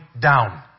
down